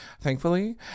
thankfully